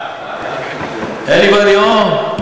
anybody home?